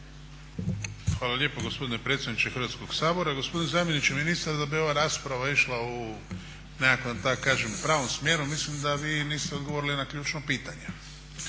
Hvala lijepo gospodine predsjedniče Hrvatskoga sabora. Gospodine zamjeniče ministra da bi ova rasprava išla u nekakva da kažem pravom smjeru mislim da vi niste odgovorili na ključno pitanje,